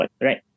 right